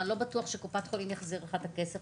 אבל אני לא בטוח שקופת חולים יחזירו לך את הכסף